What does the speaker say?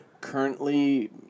currently